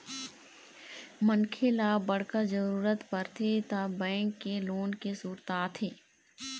मनखे ल बड़का जरूरत परथे त बेंक के लोन के सुरता आथे